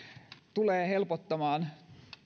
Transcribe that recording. tulee helpottamaan